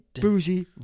bougie